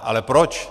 Ale proč?